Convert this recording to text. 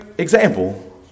example